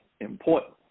important